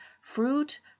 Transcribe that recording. fruit